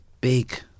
big